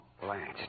Blanche